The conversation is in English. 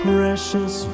Precious